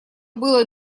было